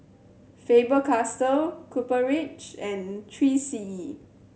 Faber Castell Copper Ridge and Three C E